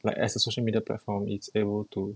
like as a social media platform is able to